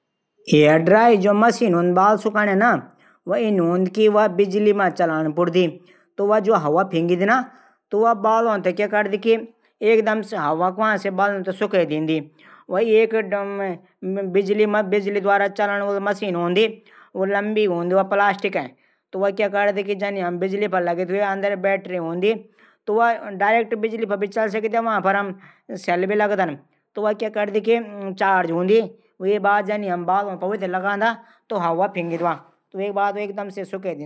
हेयरड्राई जू मसीन हूंदी बाल सुखाणा की वा इन हूंदी की बिजली मां चलाण पुडदी त वा जू हवा फिंगदी ना त वा बालों त क्या करदी की हवा गर्मी से बालों थै सुखा दींदी। वा बिजली द्वारा चलण मसीन हूंदी लंबी हूंदी वा प्लास्टिक का त वा क्या करदी कि जनी हम बिजली पर लगदी वे पुटकु बैटरी हूंदी वा डारेक्ट बिजली पर भी चल सकदी और सैल भी लग सखदा वां पर। त वा मसीन बालों थै सुखै दींदी